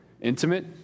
intimate